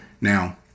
Now